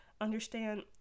understand